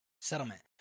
settlement